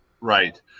Right